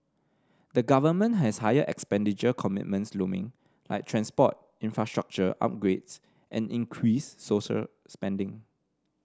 the government has higher expenditure commitments looming like transport infrastructure upgrades and increased social spending